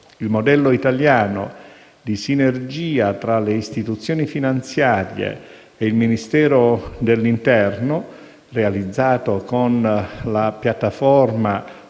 Il modello italiano di sinergia tra le istituzioni finanziarie e il Ministero dell'interno, realizzato con la piattaforma